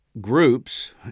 groups